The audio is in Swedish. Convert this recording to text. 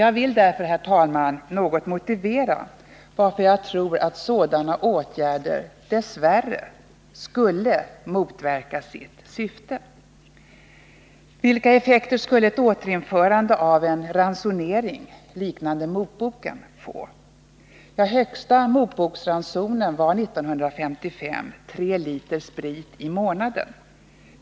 Jag vill därför motivera varför jag tror att sådana åtgärder — dess värre — skulle motverka sitt syfte. Vilka effekter skulle ett återinförande av en ransonering liknande motboken få? Högsta motboksransonen 1955 var tre liter sprit i månaden.